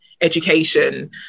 education